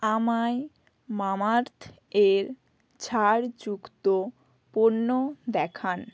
আমায় মামাআর্থ এর ছাড়যুক্ত পণ্য দেখান